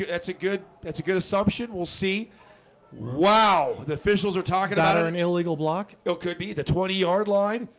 that's it. good. that's a good assumption. we'll see wow the officials are talking about an and illegal block it could be the twenty yard line.